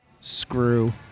screw